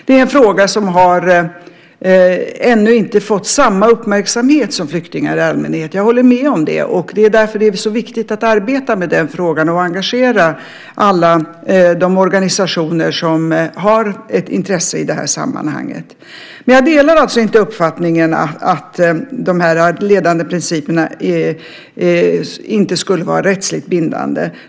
Det är en fråga som ännu inte har fått samma uppmärksamhet som frågan om flyktingar i allmänhet. Jag håller med om det. Det är därför som det är så viktigt att arbeta med den frågan och engagera alla de organisationer som har ett intresse i sammanhanget. Jag delar inte uppfattningen att de ledande principerna inte skulle vara rättsligt bindande.